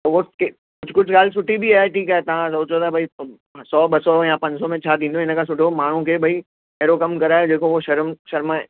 पोइ हूअ कुझु कुझु ॻाल्हि सुठी बि आहे ठीकु आहे तव्हां सोचो था भाई सौ ॿ सौ या पंज सौ में छा थींदो हिन खां सुठो माण्हुनि खे भाई अहिड़ो कमु कराए जेको हुओ शर्म शर्माए